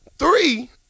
Three